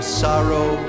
sorrow